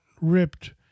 ripped